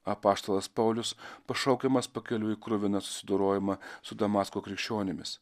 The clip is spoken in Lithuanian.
apaštalas paulius pašaukiamas pakeliui į kruviną susidorojimą su damasko krikščionimis